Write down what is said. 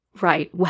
Right